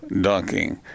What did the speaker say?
dunking